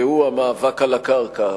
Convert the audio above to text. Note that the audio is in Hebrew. והיא המאבק על הקרקע.